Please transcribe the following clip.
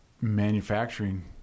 manufacturing